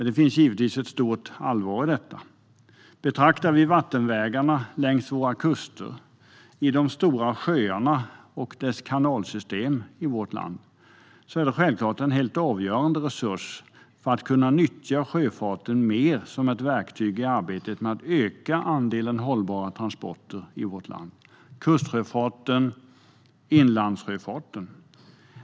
Det finns givetvis ett stort allvar i detta. Vattenvägarna längs våra kuster och i de stora sjöarna och deras kanalsystem är en helt avgörande resurs för att bättre kunna nyttja sjöfarten som ett verktyg i arbetet med att öka andelen hållbara transporter i vårt land. Det gäller kustsjöfarten och inlandssjöfarten.